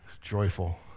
joyful